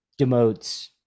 demotes